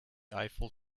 eiffel